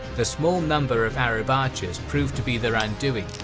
the small number of arab archers proved to be their undoing,